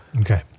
Okay